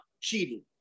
cheating